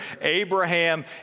Abraham